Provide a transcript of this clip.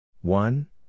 One